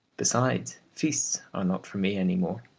besides, feasts are not for me any more.